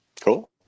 Cool